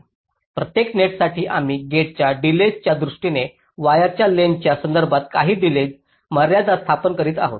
प्रत्येक नेटसाठी आम्ही गेटच्या डिलेज च्या दृष्टीने वायरच्या लेंग्थस च्या संदर्भात काही डिलेज मर्यादा स्थापन करीत आहोत